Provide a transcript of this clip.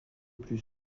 plus